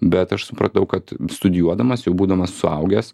bet aš supratau kad studijuodamas jau būdamas suaugęs